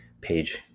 page